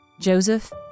Joseph